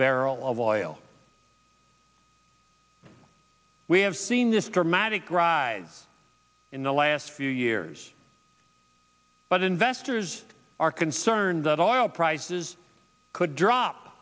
barrel of oil we have seen this dramatic rise in the last few years but investors are concerned that all prices could drop